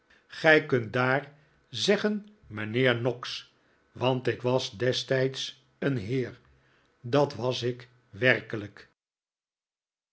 gij kunt daar zeggen mijnheer noggs want ik was destijds een heer dat was ik werkelijk